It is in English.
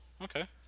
Okay